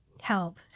help